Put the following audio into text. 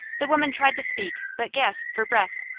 the woman tried to speak, but gasped for breath.